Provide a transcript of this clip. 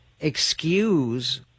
excuse